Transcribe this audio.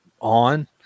on